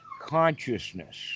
consciousness